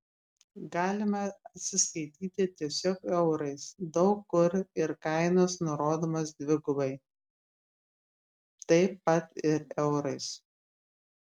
galime atsiskaityti tiesiog eurais daug kur ir kainos nurodomos dvigubai taip pat ir eurais